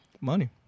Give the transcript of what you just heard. Money